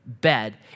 bed